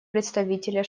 представителя